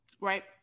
Right